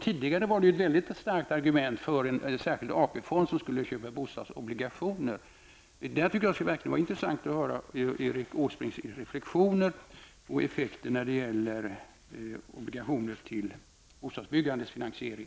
Tidigare fanns det ju ett mycket starkt argument för en särskild AP-fond, som skulle köpa bostadsobligationer. Det skulle verkligen vara intressant att höra Erik Åsbrinks reflexioner om effekterna när det gäller obligationer till bostadsbyggandets finansiering.